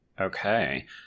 Okay